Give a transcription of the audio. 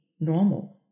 normal